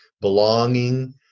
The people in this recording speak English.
belonging